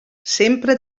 sempre